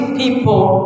people